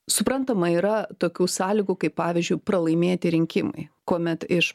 suprantama yra tokių sąlygų kaip pavyzdžiui pralaimėti rinkimai kuomet iš